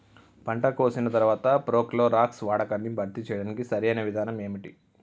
పంట కోసిన తర్వాత ప్రోక్లోరాక్స్ వాడకాన్ని భర్తీ చేయడానికి సరియైన విధానం ఏమిటి?